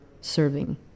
serving